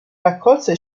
raccolse